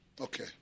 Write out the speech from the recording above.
Okay